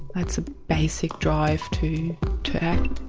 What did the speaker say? that's a basic drive to to act.